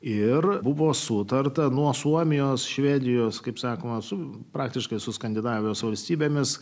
ir buvo sutarta nuo suomijos švedijos kaip sakoma su praktiškai su skandinavijos valstybėmis